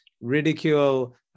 ridicule